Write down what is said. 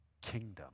kingdom